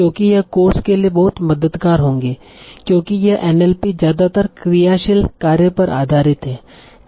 क्यूकि यह कोर्स के लिए बहुत मददगार होंगे क्योंकि यह एनएलपी ज्यादातर क्रियाशील कार्य पर आधारित है